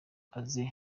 aze